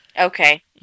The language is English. Okay